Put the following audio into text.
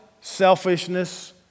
selfishness